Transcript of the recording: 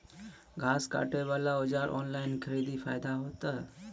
घास काटे बला औजार ऑनलाइन खरीदी फायदा होता?